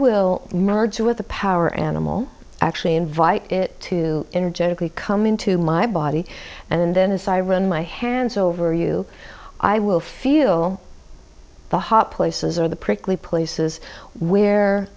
will merge with the power animal actually invite it to energetically come into my body and then as i run my hands over you i will feel the hot places or the prickly places where